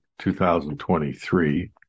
2023